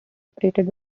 operated